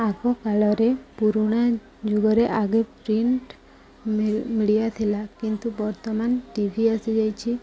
ଆଗକାଳରେ ପୁରୁଣା ଯୁଗରେ ଆଗେ ପ୍ରିଣ୍ଟ ମିଡ଼ିଆ ଥିଲା କିନ୍ତୁ ବର୍ତ୍ତମାନ ଟି ଭି ଆସିଯାଇଛି